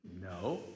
No